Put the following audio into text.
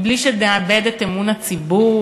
מבלי שנאבד את אמון הציבור,